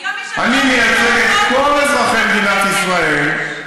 היום יש, אני מייצג את כל אזרחי מדינת ישראל,